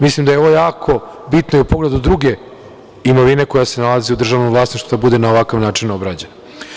Mislim da je ovo jako bitno i u pogledu druge imovine koja se nalazi u državnom vlasništvu, da bude na ovakav način obrađena.